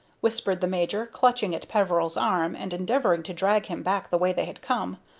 whispered the major, clutching at peveril's arm and endeavoring to drag him back the way they had come.